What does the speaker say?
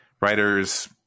Writers